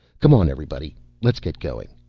come on, everybody, let's get going.